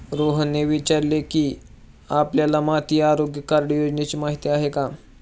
रोहनने विचारले की, आपल्याला माती आरोग्य कार्ड योजनेची माहिती आहे का?